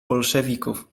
bolszewików